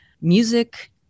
music